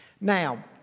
Now